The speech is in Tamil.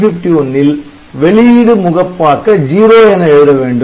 8051 ல் வெளியிடு முகப்பாக்க '0' என எழுத வேண்டும்